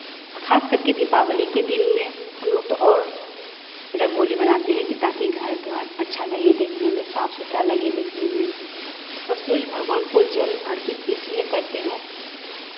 खासकर के दीपावली के दिन में हम लोग तो और रंगोली बनाते हैं कि ताकि घर द्वार अच्छा लगे देखने में साफ सुथरा लगे देखने में और सूर्य भगवान को जल अर्पित इसलिए करते हैं